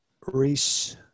Reese